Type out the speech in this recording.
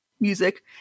music